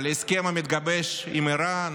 להסכם המתגבש עם איראן,